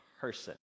person